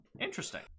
Interesting